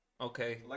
Okay